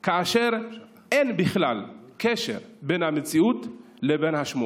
כאשר אין בכלל קשר בין המציאות לבין השמועות.